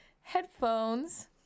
headphones